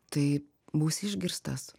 tai būsi išgirstas